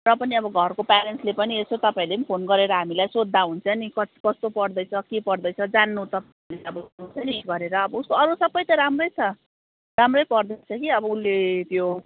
र पनि अब घरको पेरेन्टसले पनि यसो तपाईँहरूले फोन गरेर हामीलाई सोद्धा हुन्छ नि कस्तो पढ्दैछ के पढ्दैछ जान्नु त अब हुन्छ नि गरेर अरू सबै त राम्रै छ राम्रै पढ्दैछ कि अब उसले त्यो